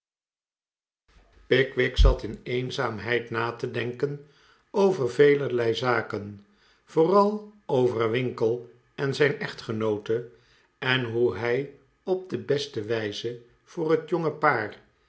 pickwick zat in eenzaamheid na te denken over velerlei zaken vooral over winkle en zijn echtgenoote en hoe hij op de beste wijze voor het jonge paar